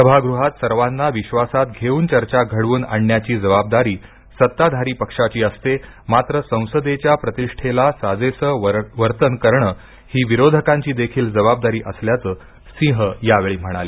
सभागृहात सर्वांना विश्वासात घेऊन चर्चा घडवून आणण्याची जबाबदारी सत्ताधारी पक्षाची असते मात्र संसदेच्या प्रतिषेला साजेसं वर्तन करणं ही विरोधकांची देखील जबाबदारी असल्याचं सिंह यावेळी म्हणाले